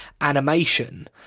animation